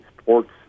Sport's